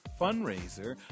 Fundraiser